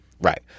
Right